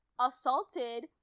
assaulted